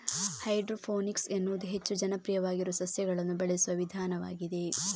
hydroponics ಎನ್ನುವುದು ಹೆಚ್ಚು ಜನಪ್ರಿಯವಾಗಿರುವ ಸಸ್ಯಗಳನ್ನು ಬೆಳೆಸುವ ವಿಧಾನವಾಗಿದೆ